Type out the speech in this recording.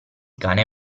cane